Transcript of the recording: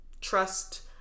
trust